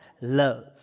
love